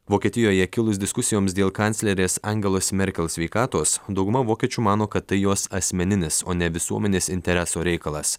vokietijoje kilus diskusijoms dėl kanclerės angelos merkel sveikatos dauguma vokiečių mano kad tai jos asmeninis o ne visuomenės intereso reikalas